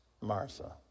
Martha